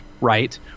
right